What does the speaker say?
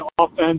offense